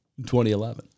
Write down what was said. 2011